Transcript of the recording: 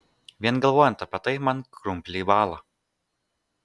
vien galvojant apie tai man krumpliai bąla